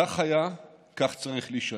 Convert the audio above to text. כך היה וכך צריך להישאר.